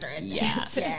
Yes